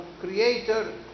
Creator